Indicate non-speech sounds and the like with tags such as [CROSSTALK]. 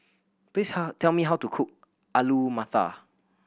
please [UNINTELLIGIBLE] tell me how to cook Alu Matar